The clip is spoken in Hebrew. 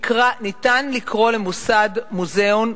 ניתן לקרוא למוסד "מוזיאון"